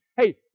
Hey